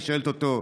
היא שואלת אותו: